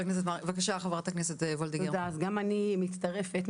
גם אני מצטרפת,